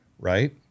Right